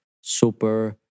super